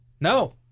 No